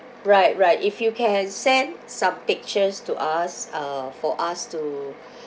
right right if you can send some pictures to us uh for us to